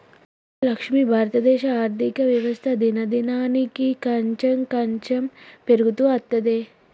అవునే లక్ష్మి భారతదేశ ఆర్థిక వ్యవస్థ దినదినానికి కాంచెం కాంచెం పెరుగుతూ అత్తందే